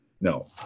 No